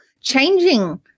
changing